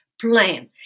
plan